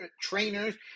trainers